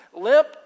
limp